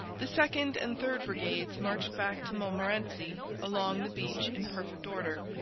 the second and third brigades marched back to montmorency along the beach in perfect order,